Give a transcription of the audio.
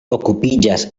okupiĝas